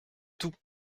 tout